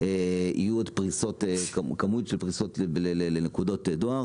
תהיה עוד כמות של פריסות לנקודות דואר